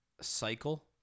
cycle